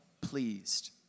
pleased